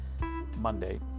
Monday